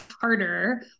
harder